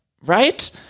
Right